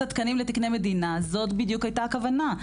התקנים לתקני מדינה זו בדיוק הייתה הכוונה,